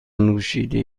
نوشیده